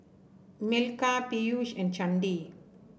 Milkha Peyush and Chandi